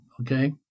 okay